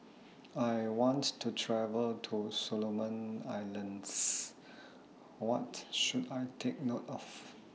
I want to travel to Solomon Islands What should I Take note of